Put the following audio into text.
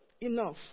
enough